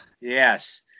yes